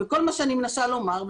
כל מה שאני מנסה לומר,